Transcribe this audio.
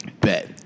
bet